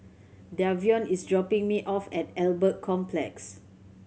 Davion is dropping me off at Albert Complex